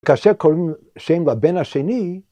כאשר קוראים שם לבן השני